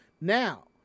Now